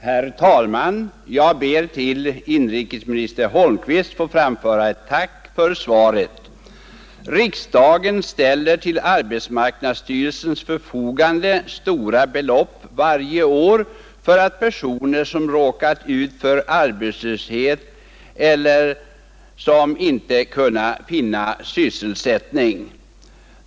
Herr talman! Jag ber att till inrikesminister Holmqvist få framföra ett tack för svaret. Riksdagen ställer till arbetsmarknadsstyrelsens förfogande stora be lopp varje år för personer som råkar ut för arbetslöshet eller som inte kunnat finna sysselsättning.